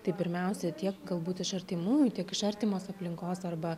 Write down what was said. tai pirmiausia tiek galbūt iš artimųjų tiek iš artimos aplinkos arba